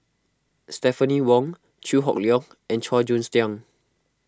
Stephanie Wong Chew Hock Leong and Chua Joon Siang